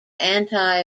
anti